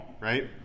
right